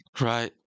Right